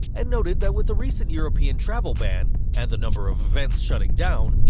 and noted that with the recent european travel ban, and the number of events shutting down,